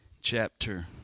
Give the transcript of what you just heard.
chapter